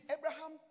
Abraham